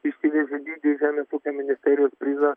išsivežė didelį žemės ūkio ministerijos prizą